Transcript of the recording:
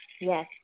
Yes